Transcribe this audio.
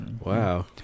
Wow